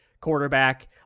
quarterback